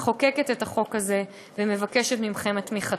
מחוקקת את החוק הזה ומבקשת את תמיכתכם.